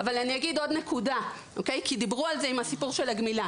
אבל אני אגיד עוד נקודה כי דיברו על זה עם הסיפור של הגמילה.